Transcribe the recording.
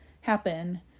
happen